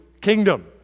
kingdom